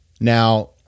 Now